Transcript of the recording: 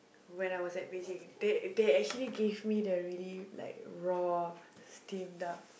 when I was at Beijing they they actually gave me the really like raw steamed duck